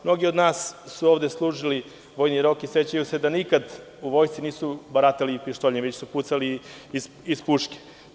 Mnogi odnas su ovde služili vojni rok i sećaju se da nikad u vojsci nisu baratali pištoljem ili su pucali iz puške.